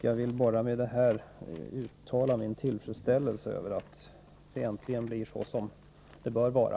Jag vill bara med detta uttala min tillfredsställelse över att det äntligen blir så som det bör vara.